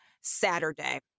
Saturday